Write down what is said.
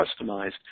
customized